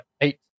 eight